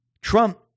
Trump